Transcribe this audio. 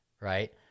Right